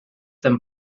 them